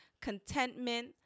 contentment